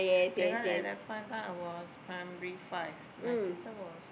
because at that point of time I was primary five my sister was